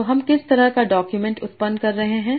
तो हम किस तरह का डॉक्यूमेंट उत्पन्न कर सकते हैं